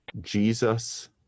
Jesus